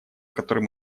который